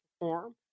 perform